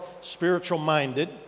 spiritual-minded